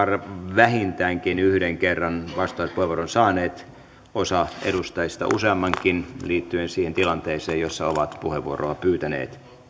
vähintäänkin yhden kerran vastauspuheenvuoron saaneet osa edustajista useammankin liittyen siihen tilanteeseen jossa ovat puheenvuoroa pyytäneet